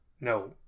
No